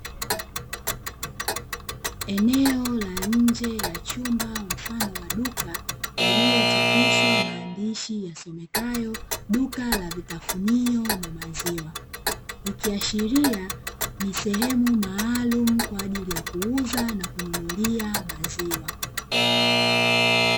Eneo la nje ya chumba mfano wa duka, uliochapishwa maandishi yasomekayo "Duka la vitafunio na maziwa", ikiasahiria ni sehemu maalumu kwa ajili ya kuuza na kununulia maziwa.